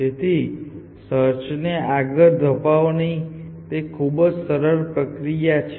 તેથી સર્ચને આગળ ધપાવવાની તે ખૂબ જ સરળ પ્રક્રિયા છે